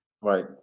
Right